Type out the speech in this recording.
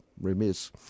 remiss